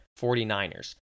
49ers